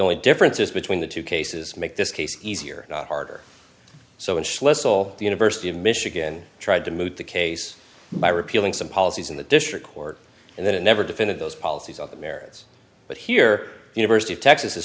only differences between the two cases make this case easier not harder so in sless all the university of michigan tried to move the case by repealing some policies in the district court and that it never defended those policies on the merits but here university of texas